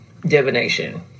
divination